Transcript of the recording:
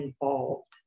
involved